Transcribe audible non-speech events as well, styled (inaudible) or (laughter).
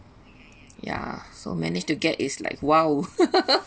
ya so managed to get is like !wow! (laughs)